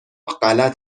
غلط